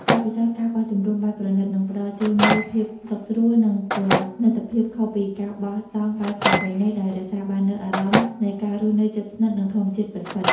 បទពិសោធន៍ ការបោះជំរំបែបប្រណីត នេះផ្តល់ជូននូវភាពសុខស្រួល និងប្រណីតភាពខុសពីការបោះតង់បែបប្រពៃណី ដោយរក្សាបាននូវអារម្មណ៍នៃការរស់នៅជិតស្និទ្ធនឹងធម្មជាតិពិតៗ។